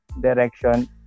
direction